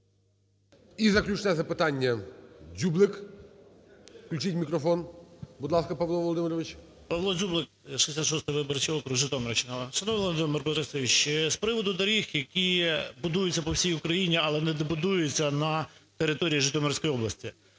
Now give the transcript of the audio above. І заключне запитання -Дзюблик. Включіть мікрофон. Будь ласка, Павло Володимирович. 11:18:58 ДЗЮБЛИК П.В. ПавлоДзюблик, 66 виборчий округ, Житомирщина. Шановний Володимир Борисович, з приводу доріг, які будуються по всій Україні, але не будуються на території Житомирської області.